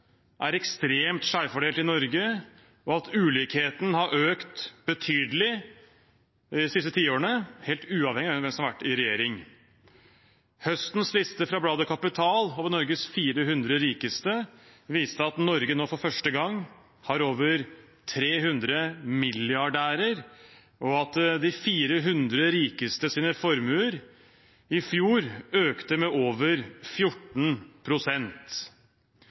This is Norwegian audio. er ekstremt skjevfordelt i Norge, og at ulikheten har økt betydelig de siste tiårene, helt uavhengig av hvem som har vært i regjering. Høstens liste fra bladet Kapital over Norges 400 rikeste viste at Norge nå for første gang har over 300 milliardærer, og at formuene til de 400 rikeste økte med over 14 pst. i fjor.